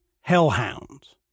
hellhounds